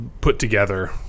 put-together